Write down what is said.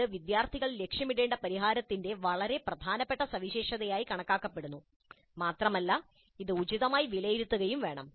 അത് വിദ്യാർത്ഥികൾ ലക്ഷ്യമിടേണ്ട പരിഹാരത്തിന്റെ വളരെ പ്രധാനപ്പെട്ട സവിശേഷതയായി കണക്കാക്കപ്പെടുന്നു മാത്രമല്ല ഇത് ഉചിതമായി വിലയിരുത്തുകയും വേണം